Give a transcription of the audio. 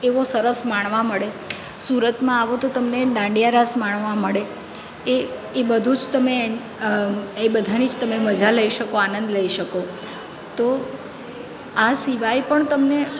એવો સરસ માણવા મળે સુરતમાં આવો તો તમને દાંડિયા રાસ માણવા મળે એ એ બધું જ તમે એ બધાની જ તમે મજા લઈ શકો આનંદ લઈ શકો તો આ સિવાય પણ તમને